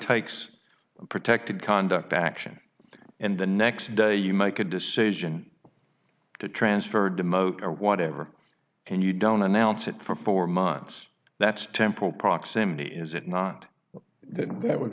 takes a protected conduct action and the next day you make a decision the transferred to motor whatever and you don't announce it for four months that's temporal proximity is it not that there would